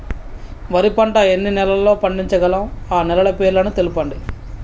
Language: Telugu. వరి పంట ఎన్ని నెలల్లో పండించగలం ఆ నెలల పేర్లను తెలుపండి?